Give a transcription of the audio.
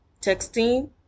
texting